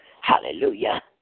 Hallelujah